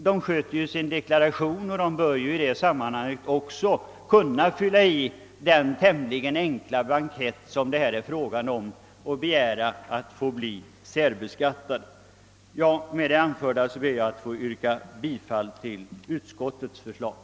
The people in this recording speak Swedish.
De upprättar ju själva sin deklaration, och de bör i det sammanhanget också kunna fylla i den tämligen enkla blankett, där man begär att få bli särbeskattad. Herr talman! Med det anförda ber jag att få yrka bifall till utskottets hemställan.